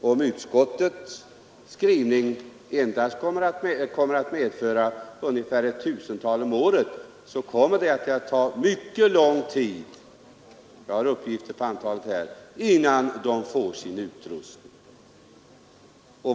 om utskottets skrivning endast kommer att medföra ungefär ett tusental utrustningar om året — så kommer det att ta mycket lång tid innan de får sin utrustning.